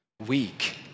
Weak